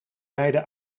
beide